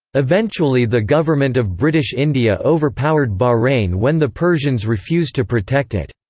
eventually the government of british india overpowered bahrain when the persians refused to protect it.